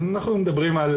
נכון מדברים על